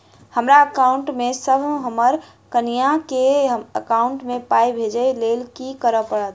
हमरा एकाउंट मे सऽ हम्मर कनिया केँ एकाउंट मै पाई भेजइ लेल की करऽ पड़त?